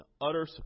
utter